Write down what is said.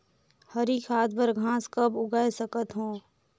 हरी खाद बर घास कब उगाय सकत हो?